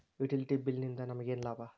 Utility bill ನಿಂದ್ ನಮಗೇನ ಲಾಭಾ?